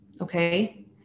Okay